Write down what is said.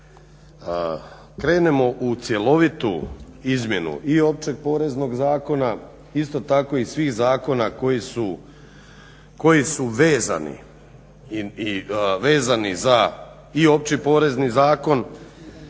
krenemo u cjelovitu izmjenu i Općeg poreznog zakona, isto tako i svih zakona koji su vezani za i Opći porezni zakon